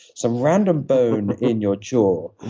some random bone in your jaw.